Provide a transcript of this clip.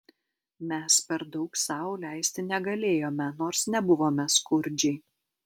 mes per daug sau leisti negalėjome nors nebuvome skurdžiai